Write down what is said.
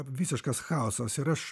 visiškas chaosas ir aš